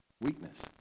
Weakness